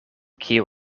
kio